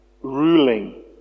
ruling